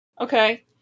Okay